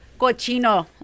cochino